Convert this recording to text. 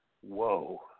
whoa